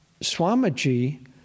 Swamiji